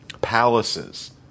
palaces